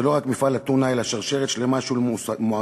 זה לא רק מפעל הטונה אלא שרשרת שלמה של מועסקים,